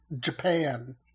Japan